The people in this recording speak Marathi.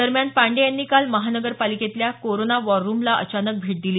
दरम्यान पाण्डेय यांनी काल महानगरपालिकेतल्या कोरोना वॉर रुमला अचानक भेट दिली